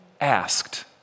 asked